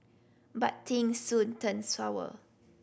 but things soon turned sour